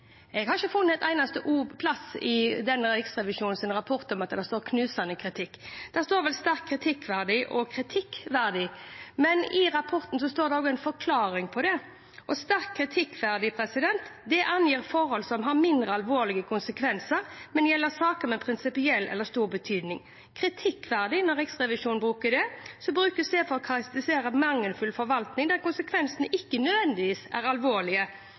Jeg har ikke funnet et eneste sted i rapporten fra Riksrevisjonen at det står «knusende kritikk». Det står vel «sterkt kritikkverdig» og «kritikkverdig». I rapporten står det også en forklaring på dette: «Sterkt kritikkverdig angir forhold som har mindre alvorlige konsekvenser, men gjelder saker med prinsipiell eller stor betydning.» Og videre: «Kritikkverdig brukes for å karakterisere mangelfull forvaltning der konsekvensene ikke nødvendigvis er alvorlige.»